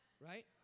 Right